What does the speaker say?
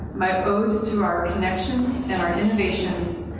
my ode to our connections and or innovations,